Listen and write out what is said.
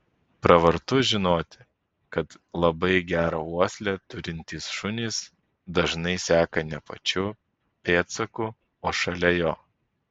pravartu žinoti kad labai gerą uoslę turintys šunys dažnai seka ne pačiu pėdsaku o šalia jo